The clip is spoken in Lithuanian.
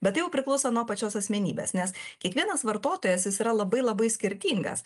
bet tai jau priklauso nuo pačios asmenybės nes kiekvienas vartotojas jis yra labai labai skirtingas